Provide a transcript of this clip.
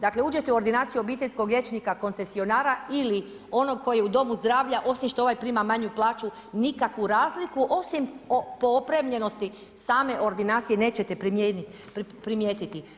Dakle uđete u ordinaciju obiteljskog liječnika koncesionara ili onog koji je u domu zdravlja osim što ovaj prima manju plaću, nikakvu razliku osim po opremljenosti same ordinacije, nećete primijetiti.